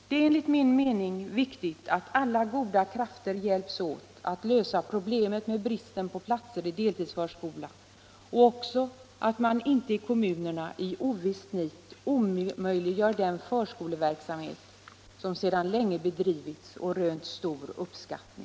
Det är enligt min mening viktigt att alla goda krafter hjälps åt att lösa problemet med bristen på platser i deltidsförskola och också att man inte i kommunerna i ovist nit omöjliggör den förskoleverksamhet som sedan länge bedrivits och rönt stor uppskattning.